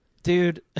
Dude